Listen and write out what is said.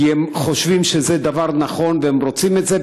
כי הם חושבים שזה דבר נכון והם רוצים את זה,